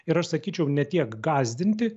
ir aš sakyčiau ne tiek gąsdinti